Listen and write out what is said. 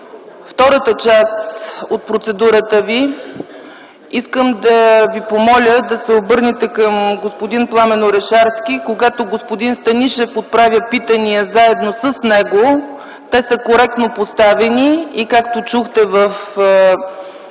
втората част от процедурата Ви, искам да Ви помоля да се обърнете към господин Пламен Орешарски. Когато господин Станишев отправя питания заедно с него, те са коректно поставени и както чухте в